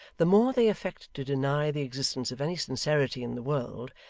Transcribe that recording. the more they affect to deny the existence of any sincerity in the world,